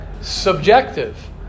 subjective